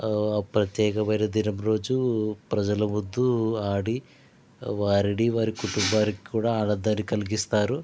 ఆ ప్రత్యేకమైన దినం రోజు ప్రజల ముందు ఆడి వారిని వారి కుటుంబానికి కూడా ఆనందాన్ని కలిగిస్తారు